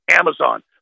Amazon